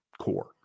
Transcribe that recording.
core